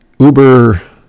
Uber